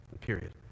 period